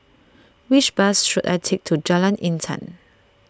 which bus should I take to Jalan Intan